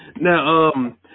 Now